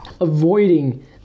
avoiding